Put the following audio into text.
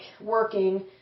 working